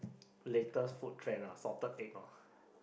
latest food trend ah salted egg lor